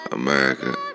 America